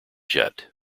jet